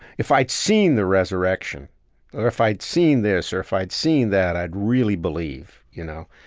if i'd seen the resurrection or if i'd seen this or if i'd seen that, i'd really believe, you know?